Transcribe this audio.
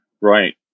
Right